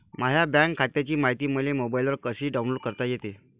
माह्या बँक खात्याची मायती मले मोबाईलवर कसी डाऊनलोड करता येते?